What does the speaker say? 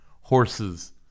horses